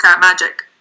Magic